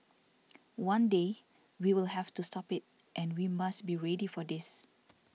one day we will have to stop it and we must be ready for this